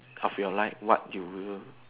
of your life what you will